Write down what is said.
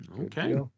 Okay